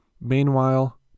Meanwhile